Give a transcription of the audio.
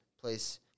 place